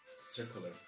circular